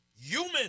human